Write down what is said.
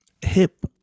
hip